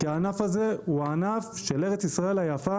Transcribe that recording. כי הענף הזה הוא הענף של ארץ ישראל היפה